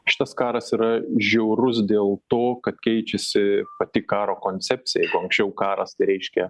šitas karas yra žiaurus dėl to kad keičiasi pati karo koncepcija anksčiau karas tai reiškia